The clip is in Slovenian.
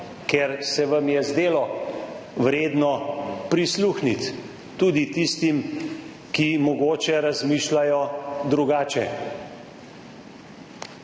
ker se vam je zdelo vredno prisluhniti tudi tistim, ki mogoče razmišljajo drugače.